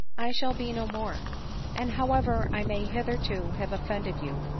i shall be no more and however i may hitherto have offended you,